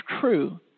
true